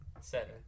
Seven